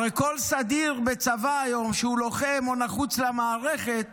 הרי כל סדיר בצבא היום שהוא לוחם ונחוץ למערכת